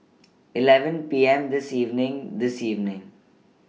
eleven P M This evening This evening